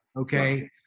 Okay